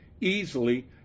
easily